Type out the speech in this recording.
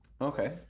Okay